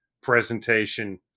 presentation